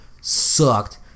sucked